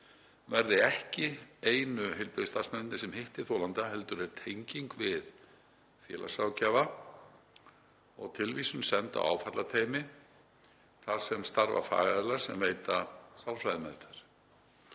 verði ekki einu heilbrigðisstarfsmennirnir sem hitti þolanda heldur verði tenging við félagsráðgjafa og tilvísun send á áfallateymi þar sem starfa fagaðilar sem veita sálfræðimeðferð.